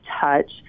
touch